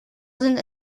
sind